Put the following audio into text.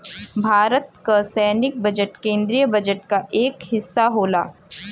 भारत क सैनिक बजट केन्द्रीय बजट क एक हिस्सा होला